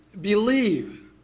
believe